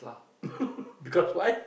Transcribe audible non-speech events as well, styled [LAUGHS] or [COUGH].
[LAUGHS] because why